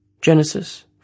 Genesis